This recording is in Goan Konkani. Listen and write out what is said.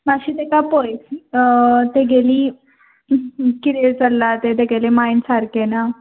मात्शी तेका पळय तेगेली कितें चल्ला तें तेगेले मांयड सारके ना